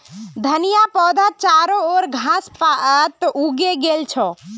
धनिया पौधात चारो ओर घास पात उगे गेल छ